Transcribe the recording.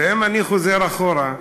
ואם אני חוזר אחורה,